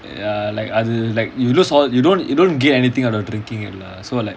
ya like other like you lose all you don't you don't get anything out of drinking it lah so like